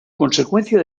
consecuencia